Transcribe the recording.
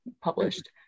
published